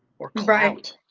or clout.